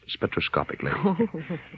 spectroscopically